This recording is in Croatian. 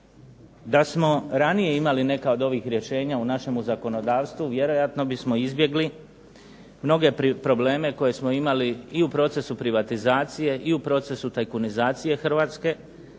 Da smo ranije imali neka od ovih rješenja u našem zakonodavstvu vjerojatno bismo izbjegli mnoge probleme koje smo imali i u procesu privatizacije i u procesu tajkunizacije Hrvatske,